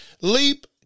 leap